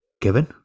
Kevin